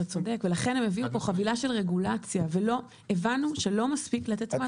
אתה צודק ולכן הם הביאו פה חבילה של רגולציה והבנו שלא מספיק לתת.